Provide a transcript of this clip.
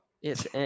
yes